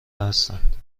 هستند